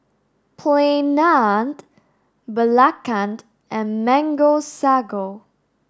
Plain Naan Belacan and mango sago